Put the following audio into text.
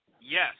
Yes